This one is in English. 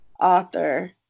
Author